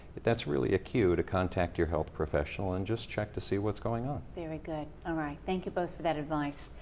that's really a queue to contact your health professional and just to see what's going on. very good. all right. thank you both for that advice.